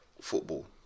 football